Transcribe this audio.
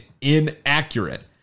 inaccurate